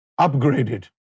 upgraded